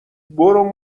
برو